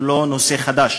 הוא לא נושא חדש.